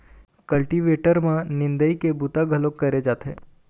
cultivator म निंदई के बूता घलोक करे जाथे